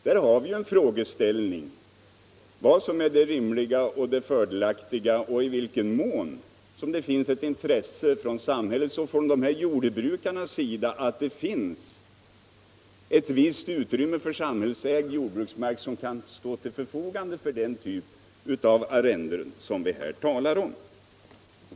Där har vi frågeställningen: Är det rimligt och fördelaktigt för dessa jordbrukare som behöver mark att bruka att det finns samhällsägd jordbruksmark som kan stå till förfogande för den typ av arrenden som vi här talar om?